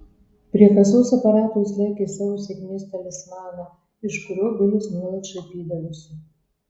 prie kasos aparato jis laikė savo sėkmės talismaną iš kurio bilis nuolat šaipydavosi